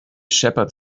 shepherd